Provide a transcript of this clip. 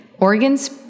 Organs